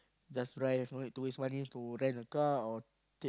just drive no need to waste money to rent a car or